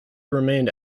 remained